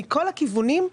מכל הכיוונים,